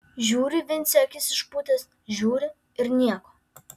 žiūri vincė akis išpūtęs žiūri ir nieko